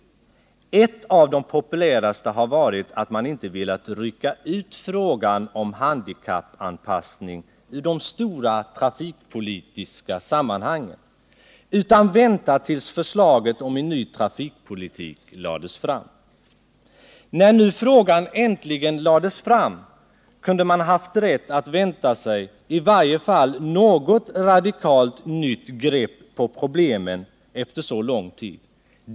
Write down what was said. Ett av de populäraste har varit att man inte velat rycka ut frågan om handikappanpassning ur de stora trafikpolitiska sammanhangen utan vänta tills förslaget om en ny trafikpolitik lades fram. När nu frågan äntligen lades fram kunde man haft rätt att vänta sig i varje fall något radikalt nytt grepp på problemen efter så lång tid.